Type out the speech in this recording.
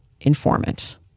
informant